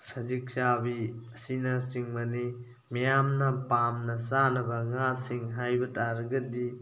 ꯁꯖꯤꯛ ꯆꯥꯕꯤ ꯑꯁꯤꯅꯆꯤꯡꯕꯅꯤ ꯃꯤꯌꯥꯝꯅ ꯄꯥꯝꯅ ꯆꯥꯅꯕ ꯉꯥꯁꯤꯡ ꯍꯥꯏꯕ ꯇꯥꯔꯒꯗꯤ